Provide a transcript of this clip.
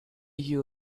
you